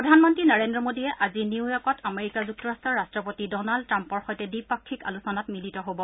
প্ৰধানমন্ত্ৰী নৰেন্দ্ৰ মোদী আজি নিউয়ৰ্কত আমেৰিকা যুক্তৰাষ্ট্ৰৰ ৰট্টপতি ডনাল্ড ট্ৰাম্পৰ সৈতে দ্বিপাক্ষিক আলোচনাত মিলিত হ'ব